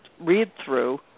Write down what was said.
read-through